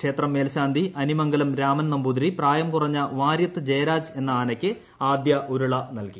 ക്ഷേത്രം മേൽശാന്തി അനിമംഗലം രാമൻനമ്പൂതിരി പ്രായം കുറഞ്ഞ വാര്യത്ത് ജയരാജ് എന്ന ആനക്ക് ആദ്യ ഉരുള നൽകി